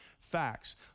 facts